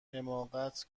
حماقت